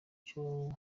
cyo